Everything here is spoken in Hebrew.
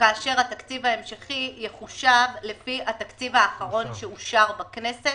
כאשר התקציב ההמשכי יחושב לפי התקציב האחרון שאושר בכנסת,